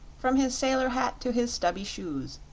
from his sailor hat to his stubby shoes,